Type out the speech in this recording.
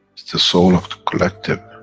the soul of the collective,